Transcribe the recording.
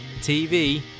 TV